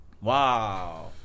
wow